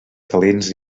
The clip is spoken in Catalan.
calents